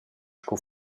sco